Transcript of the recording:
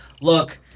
look